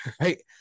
Right